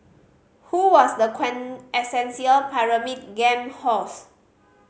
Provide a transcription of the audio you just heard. who was the quintessential Pyramid Game host